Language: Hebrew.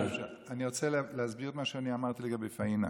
רוצה להסביר את מה שאמרתי לגבי פאינה,